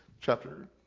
chapter